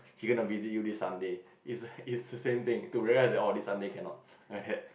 she gonna visit you this Sunday is is the same thing to realise that oh this Sunday cannot I hate